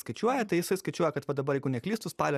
skaičiuoja tai jisai skaičiuoja kad va dabar jeigu neklystu spalio